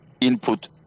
input